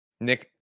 Nick